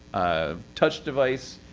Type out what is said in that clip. a touch device,